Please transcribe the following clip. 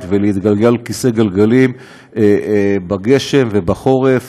ולהתגלגל על כיסא גלגלים בגשם ובחורף.